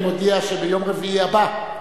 אני מודיע שביום רביעי הבא,